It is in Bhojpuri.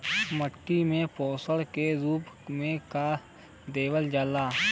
माटी में पोषण के रूप में का देवल जाला?